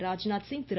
Rajnath Singh Thiru